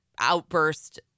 outburst